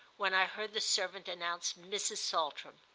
when i heard the servant announce mrs. saltram.